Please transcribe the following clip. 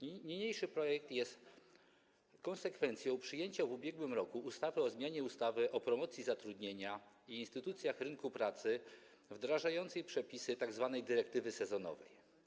Niniejszy projekt jest konsekwencją przyjęcia w ubiegłym roku ustawy o zmianie ustawy o promocji zatrudnienia i instytucjach rynku pracy wdrażającej przepisy tzw. dyrektywy sezonowej.